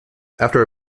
after